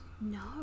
No